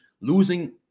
losing